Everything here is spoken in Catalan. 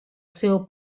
seu